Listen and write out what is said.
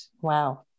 wow